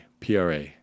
PRA